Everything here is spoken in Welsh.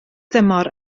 dymor